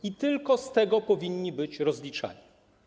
I tylko z tego powinni być rozliczani.